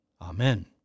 Amen